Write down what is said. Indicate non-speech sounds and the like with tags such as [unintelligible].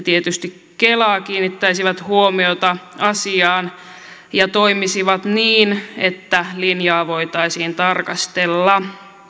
[unintelligible] tietysti kela kiinnittäisivät huomiota asiaan ja toimisivat niin että linjaa voitaisiin tarkastella